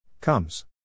Comes